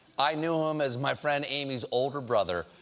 i knew him as my friend amy's older brother.